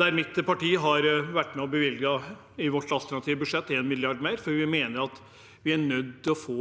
har mitt parti vært med på å bevilge – i vårt alternative budsjett – 1 mrd. kr mer, for vi mener vi er nødt til å få